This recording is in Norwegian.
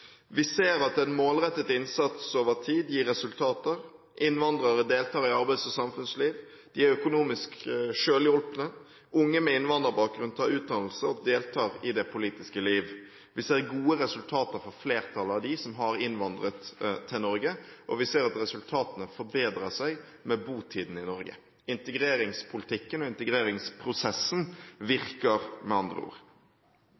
Vi ser at en målrettet innsats over tid gir resultater. Innvandrere deltar i arbeids- og samfunnsliv, og de er økonomisk selvhjulpne. Unge med innvandrerbakgrunn tar utdannelse og deltar i det politiske liv. Vi ser gode resultater fra flertallet av dem som har innvandret til Norge, og vi ser at resultatene forbedrer seg med botiden i Norge. Integreringspolitikken og integreringsprosessen virker med andre ord.